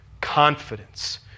confidence